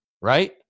right